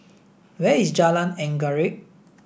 where is Jalan Anggerek